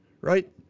right